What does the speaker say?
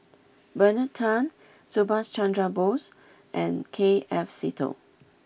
Bernard Tan Subhas Chandra Bose and K F Seetoh